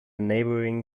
neighboring